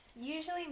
usually